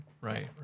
Right